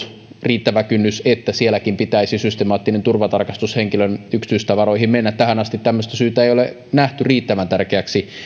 riittävän matala kynnys siihen että sielläkin pitäisi systemaattinen turvatarkastus henkilön yksityistavaroihin tehdä tähän asti tämmöistä syytä ei ole nähty riittävän tärkeäksi